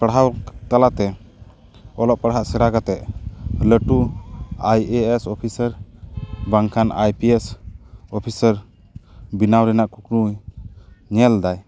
ᱯᱟᱲᱦᱟᱣ ᱛᱟᱞᱟᱛᱮ ᱚᱞᱚᱜ ᱯᱟᱲᱦᱟᱜ ᱥᱮᱬᱟ ᱠᱟᱛᱮᱫ ᱞᱟᱹᱴᱩ ᱟᱭ ᱮ ᱮᱥ ᱚᱯᱷᱤᱥᱟᱨ ᱵᱟᱝᱠᱷᱟᱱ ᱟᱭ ᱯᱤ ᱮᱥ ᱚᱯᱷᱤᱥᱟᱨ ᱵᱮᱱᱟᱣ ᱨᱮᱱᱟᱜ ᱠᱩᱠᱢᱩᱭ ᱧᱮᱞ ᱫᱟᱭ